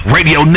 Radio